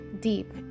deep